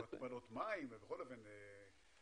התפלות מים, אוויר,